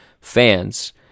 fans